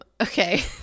Okay